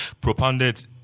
propounded